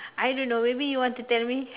I don't know maybe you want to tell me